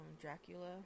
Dracula